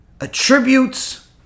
attributes